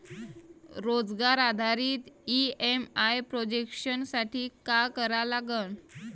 रोजगार आधारित EMI projection साठी का करा लागन?